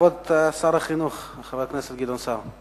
כבוד שר החינוך, חבר הכנסת גדעון סער.